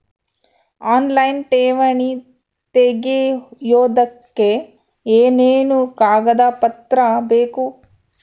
Online ಠೇವಣಿ ತೆಗಿಯೋದಕ್ಕೆ ಏನೇನು ಕಾಗದಪತ್ರ ಬೇಕು?